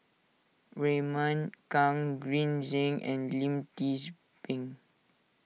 Raymond Kang Green Zeng and Lim Tze Peng